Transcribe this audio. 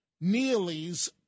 Neely's